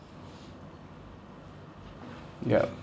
yup